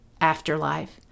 afterlife